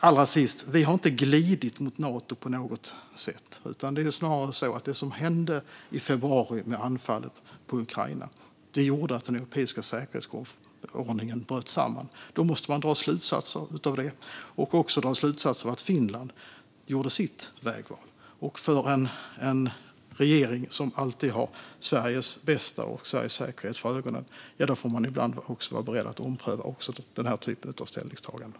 Allra sist: Vi har inte glidit mot Nato på något sätt, utan det är snarare så att det som hände i och med anfallet på Ukraina i februari var att den europeiska säkerhetsordningen bröt samman. Då måste man dra slutsatser av det, liksom av att Finland gjorde sitt vägval. En regering som alltid har Sveriges bästa och Sveriges säkerhet för ögonen får ibland vara beredd att ompröva även den här typen av ställningstaganden.